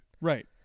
right